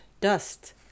dust